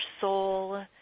soul